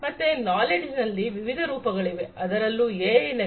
ಮತ್ತೆ ನಾಲೆಡ್ಜ್ ನಲ್ಲಿ ವಿವಿಧ ರೂಪಗಳಿವೆ ಅದರಲ್ಲೂ ಎಐ ನಲ್ಲಿ